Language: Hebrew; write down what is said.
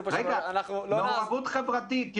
ומעורבות חברתית עוד נושא.